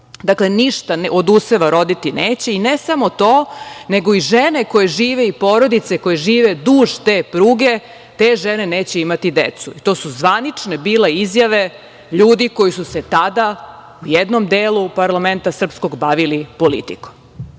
ništa od useva roditi neće i ne samo to, nego i žene koje žive i porodice koje žive duž te pruge neće imati decu. To su zvanične bile izjave ljudi koji su se tada u jednom delu parlamenta srpskog bavili politikom.